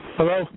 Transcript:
Hello